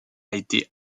été